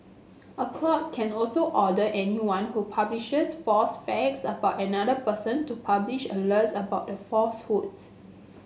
a court can also order anyone who publishes false facts about another person to publish alerts about the falsehoods